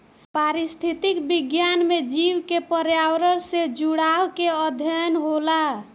पारिस्थितिक विज्ञान में जीव के पर्यावरण से जुड़ाव के अध्ययन होला